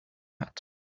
hat